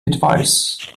advice